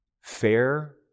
fair